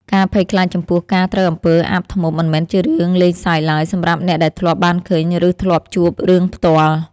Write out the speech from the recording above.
ការភ័យខ្លាចចំពោះការត្រូវអំពើអាបធ្មប់មិនមែនជារឿងលេងសើចឡើយសម្រាប់អ្នកដែលធ្លាប់បានឃើញឬធ្លាប់ជួបរឿងផ្ទាល់។